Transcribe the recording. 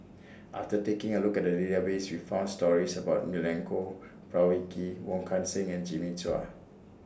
after taking A Look At The Database We found stories about Milenko Prvacki Wong Kan Seng and Jimmy Chua